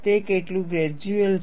તે કેટલું ગ્રૈજુઅલ છે